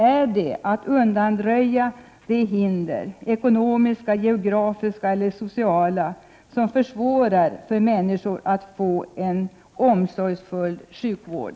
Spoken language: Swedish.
Är målsättningen att undanröja de ekonomiska, geografiska eller sociala hinder som nu gör det svårare för människor att få en omsorgsfull sjukvård?